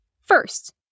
First